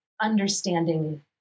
understanding